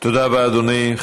תודה רבה, אדוני.